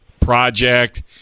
project